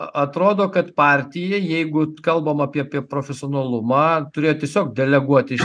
a atrodo kad partija jeigu kalbam apie p profesionalumą turėjo tiesiog deleguoti